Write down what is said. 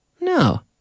No